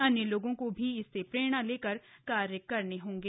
अन्य लोगों को भी इससे प्रेरणा लेकर कार्य करने होंगे